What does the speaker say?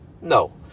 No